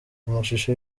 amashusho